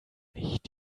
nicht